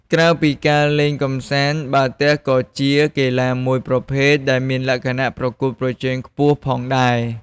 ក្រៅពីការលេងកម្សាន្ត បាល់ទះក៏ជាកីឡាមួយប្រភេទដែលមានលក្ខណៈប្រកួតប្រជែងខ្ពស់ផងដែរ។